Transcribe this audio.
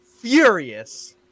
Furious